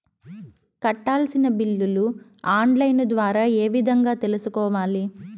కట్టాల్సిన బిల్లులు online ద్వారా ఏ విధంగా తెలుసుకోవాలి?